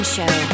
Show